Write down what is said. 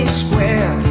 square